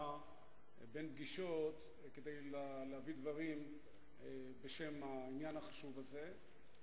ובין פגישות כדי להביא דברים בשם העניין החשוב הזה,